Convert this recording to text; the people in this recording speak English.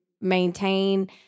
maintain